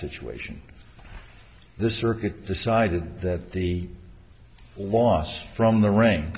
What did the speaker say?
situation the circuit decided that the loss from the rain